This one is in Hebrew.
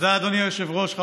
אדוני היושב-ראש.